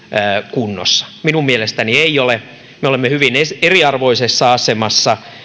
kunnossa minun mielestäni ei ole me olemme hyvin eriarvoisessa asemassa